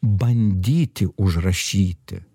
bandyti užrašyti